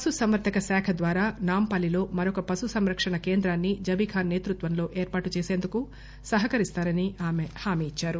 పశుసంవర్దక శాఖ ద్వారా నాంపల్లిలో మరొక పశు సంరక్షణ కేంద్రాన్ని జబీ ఖాస్ సేతృత్వంలో ఏర్పాటు చేసేందుకు సహకరిస్తానని ఆమె హామీ ఇచ్చారు